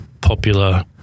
popular